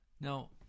Now